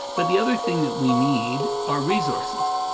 but the other thing that we need are resources.